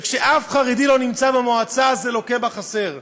וכשאף חרדי לא נמצא במועצה זה לוקה בחסר.